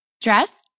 Dress